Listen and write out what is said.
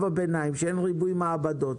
הביניים, כשאין ריבוי מעבדות